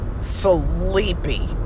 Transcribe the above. sleepy